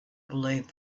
believed